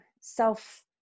self